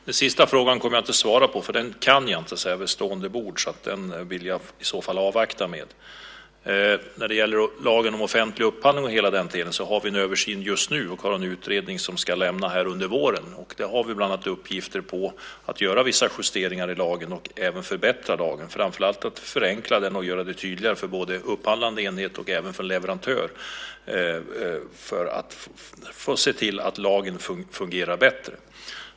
Fru talman! Den sista frågan kommer jag inte att svara på. Det kan jag inte vid stående bord. Den vill jag avvakta med. När det gäller lagen om offentlig upphandling har vi en översyn just nu och en utredning som ska lämna under våren. Vi har uppgiften att göra vissa justeringar i lagen, att förbättra lagen och framför allt att förenkla den och göra den tydligare för både upphandlande enhet och leverantör för att se till att lagen fungerar bättre.